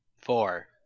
Four